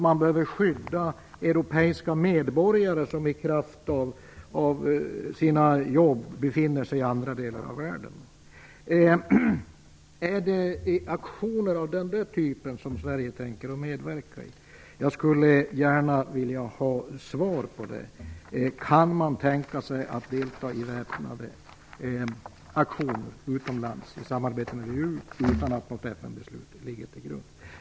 Man behöver skydda europeiska medborgare som i kraft av sina jobb befinner sig i andra delar av världen. Är det aktioner av den typen som Sverige tänker medverka i? Jag skulle gärna vilja ha svar på den frågan. Kan man tänka sig att delta i väpnade aktioner utomlands i samarbete med VEU utan att något FN-beslut ligger till grund.